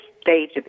stage